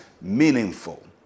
meaningful